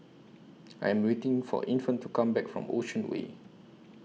I Am waiting For Infant to Come Back from Ocean Way